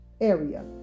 area